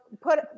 Put